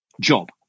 job